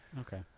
okay